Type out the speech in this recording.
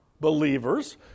believers